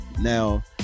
now